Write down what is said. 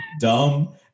dumb